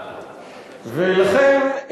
ולכן,